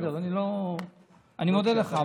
אני מודה לך.